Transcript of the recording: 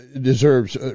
deserves